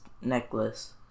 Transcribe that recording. necklace